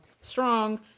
strong